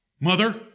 Mother